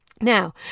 Now